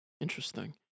Interesting